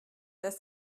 dass